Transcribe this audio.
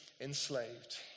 enslaved